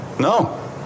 No